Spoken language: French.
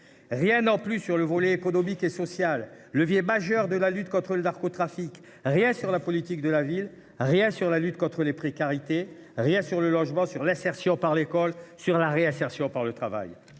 Rien non plus sur le volet économique et social, levier majeur de la lutte contre le narcotrafic. Rien sur la politique de la ville. Rien sur la lutte contre la précarité. Rien sur le logement, sur l’insertion par l’école et par le travail.